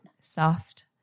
soft